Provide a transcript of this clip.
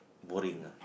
boring ah